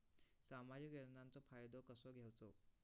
सामाजिक योजनांचो फायदो कसो घेवचो?